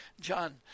john